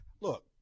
Look